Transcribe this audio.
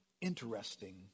interesting